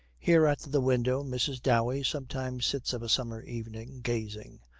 here at the window mrs. dowey sometimes sits of a summer evening gazing,